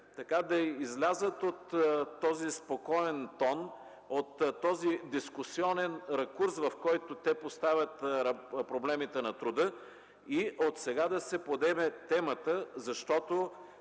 да излязат от този спокоен тон, от този дискусионен ракурс, в който поставят проблемите на труда, и отсега да се подеме темата, защото